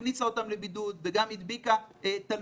הכניסה אותם לבידוד וגם הדביקה תלמיד.